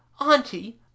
auntie